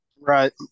Right